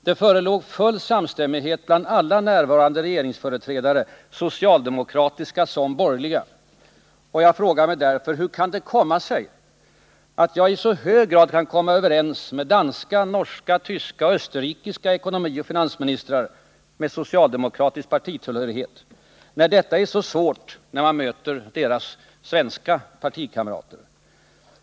Det förelåg full samstämmighet bland alla närvarande regeringsföreträdare — såväl socialdemokratiska som borgerliga. Jag frågar mig därför: Hur kan det komma sig att jag i så hög grad kan komma överens med danska, norska, tyska och österrikiska ekonomioch finansministrar med socialdemokratisk partitillhörighet när detta är så svårt när jag möter deras svenska partikamrater?